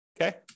okay